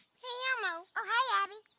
hey elmo. ah hi abby.